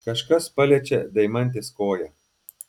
kažkas paliečia deimantės koją